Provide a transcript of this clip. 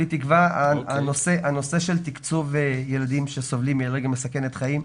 הנושא של תקצוב ילדים שסובלים מאלרגיה מסכנת חיים,